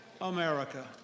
America